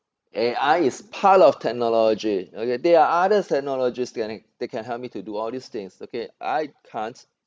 A_I is part of technology okay there are other technologies that can that can help me to do all these things okay I can't